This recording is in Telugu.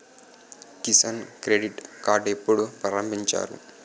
కిసాన్ క్రెడిట్ కార్డ్ ఎప్పుడు ప్రారంభించారు?